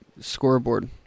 scoreboard